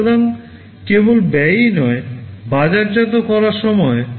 সুতরাং কেবল ব্যয়ই নয় বাজারজাত করারও সময়